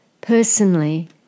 Personally